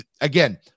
again